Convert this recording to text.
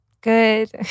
good